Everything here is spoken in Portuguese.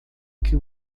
que